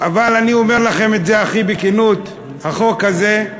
אבל אני אומר לכם את זה הכי בכנות, החוק הזה הוא